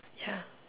ya